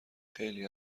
خیلی